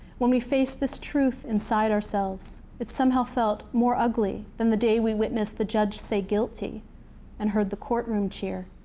when we faced this truth inside ourselves, it somehow felt more ugly than the day we witnessed the judge say, guilty and heard the courtroom cheer.